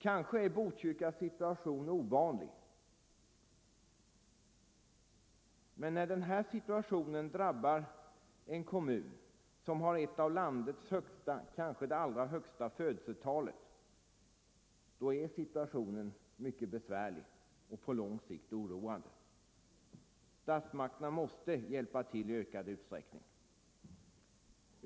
Kanske är Botkyrkas situation ovanlig, men när den drabbar en kommun som har ett av landets högsta — kanske det allra högsta — födelsetal, är den mycket besvärlig och på lång sikt oroande. Statsmakterna måste hjälpa till i ökad utsträckning.